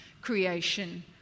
creation